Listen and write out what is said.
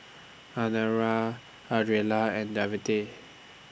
Adriana Ardella and Devante